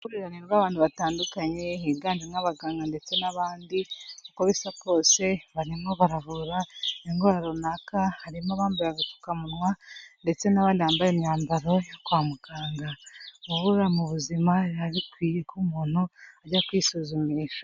Uruhurirane rw'abantu batandukanye higanjemo abaganga ndetse n'abandi, uko bisa kose barimo baravura indwara runaka, harimo abambaye agapfukamunwa ndetse n'abandi bambaye imyambaro yo kwa muganga, buriya mu buzima biba bikwiye ko umuntu ajya kwisuzumisha.